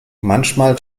manchmal